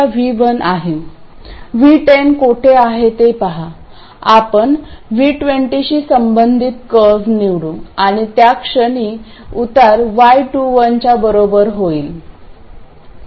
V10 कोठे आहे ते पहा आपण V20 शी संबंधित कर्व निवडू आणि त्याक्षणी उतार y21 च्या बरोबर होईल